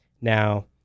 now